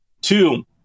Two